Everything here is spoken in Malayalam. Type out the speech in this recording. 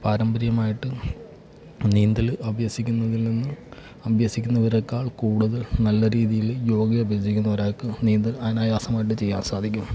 പാരമ്പര്യമായിട്ട് നീന്തല് അഭ്യസിക്കുന്നതിൽ നിന്നും അഭ്യസിക്കുന്നവരെക്കാൾ കൂടുതൽ നല്ല രീതിയില് യോഗ അഭ്യസിക്കുന്ന ഒരാൾക്ക് നീന്തൽ അനായാസമായിട്ട് ചെയ്യാൻ സാധിക്കും